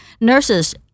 nurses